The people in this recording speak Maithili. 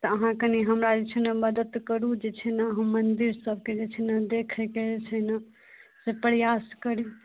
तऽ अहाँ कनि हमरा जे छै ने मदति करू जे छै ने हम मन्दिर सबके जे छै ने देखैके जे छै ने से प्रयास करी